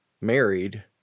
married